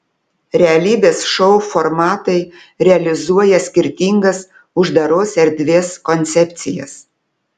realybės šou formatai realizuoja skirtingas uždaros erdvės koncepcijas